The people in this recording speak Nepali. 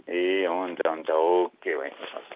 ए हुन्छ हुन्छ ओके भाइ हवस्